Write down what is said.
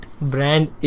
brand